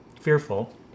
fearful